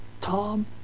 Tom